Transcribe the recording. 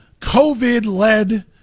COVID-led